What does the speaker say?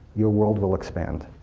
your world will expand.